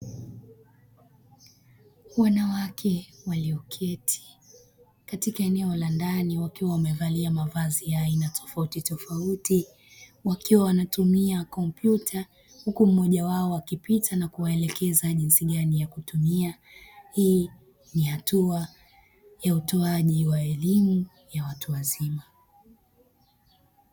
Wanawakee walioketi katika eneo la ndani wakiwa wamevalia mavazi ya aina tofautitofauti wakiwa wanatumia kompyuta huku mmoja wao akipita na kuwaelekeza jinsi gani ya kutumia. Hii ni hatua ya utoaji wa elimu ya watu wazima.